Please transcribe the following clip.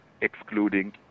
excluding